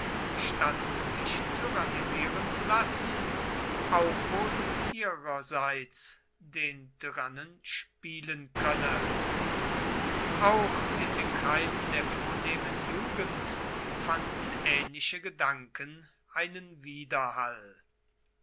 statt sich tyrannisieren zu lassen auch wohl ihrerseits den tyrannen spielen könne aber auch in den kreisen der vornehmen jugend fanden ähnliche gedanken einen widerhall